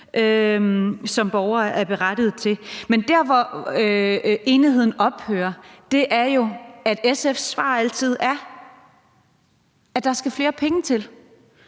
som borgerne er berettiget til. Men der, hvor enigheden ophører, er jo, at SF's svar altid er, at der skal flere penge til.